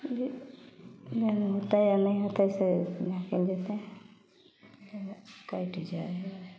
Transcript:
जे जेहन होतै नहि होतै से देखल जेतै कटि जाइ हइ